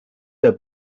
der